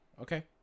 Okay